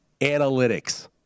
analytics